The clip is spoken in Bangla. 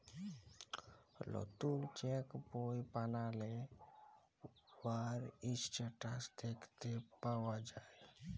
লতুল চ্যাক বই বালালে উয়ার ইসট্যাটাস দ্যাখতে পাউয়া যায়